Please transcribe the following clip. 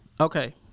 Okay